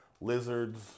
lizards